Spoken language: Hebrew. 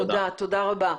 תודה רבה.